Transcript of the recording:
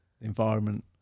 environment